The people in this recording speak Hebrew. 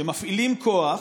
מפעילים כוח,